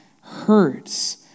hurts